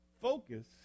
Focus